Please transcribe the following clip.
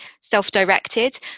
self-directed